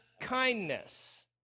kindness